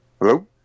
hello